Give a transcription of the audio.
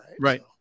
right